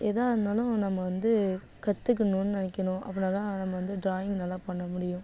எதாக இருந்தாலும் நம்ம வந்து கற்றுக்கணும்னு நினைக்கணும் அப்படின்னா தான் நம்ம வந்து ட்ரையிங் நல்லா பண்ண முடியும்